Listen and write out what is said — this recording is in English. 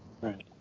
Right